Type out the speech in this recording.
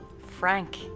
Frank